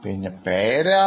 പിന്നെ പേരാണ്